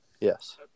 Yes